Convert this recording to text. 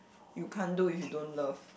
you can't do if you don't love